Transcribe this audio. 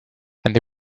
they